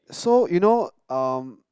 so you know um